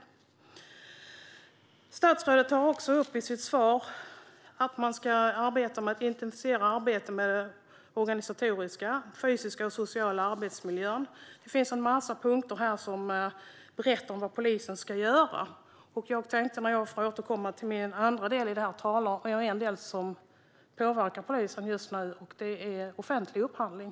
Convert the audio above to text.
I sitt svar tar statsrådet upp att man ska arbeta med att intensifiera arbetet med den organisatoriska, fysiska och sociala arbetsmiljön. Det finns en massa punkter här som berättar om vad polisen ska göra. Jag tänkte, när jag återkommer i mitt andra inlägg, tala om en del som påverkar polisen just nu, och det är offentlig upphandling.